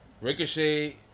Ricochet